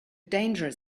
danger